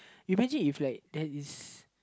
imagine if like that is